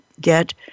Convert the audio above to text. get